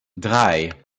drei